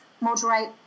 moderate